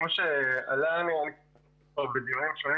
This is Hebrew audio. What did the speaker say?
כמו שעלה בדיונים,